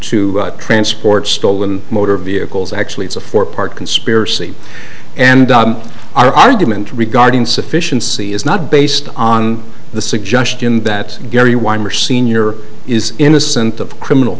to transport stolen motor vehicles actually it's a four part conspiracy and our argument regarding sufficiency is not based on the suggestion that gary weimer sr is innocent of criminal